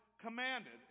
commanded